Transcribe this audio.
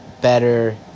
Better